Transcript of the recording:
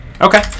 Okay